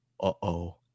Uh-oh